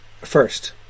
First